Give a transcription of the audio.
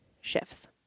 shifts